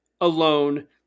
alone